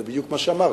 זה בדיוק מה שאמרתי.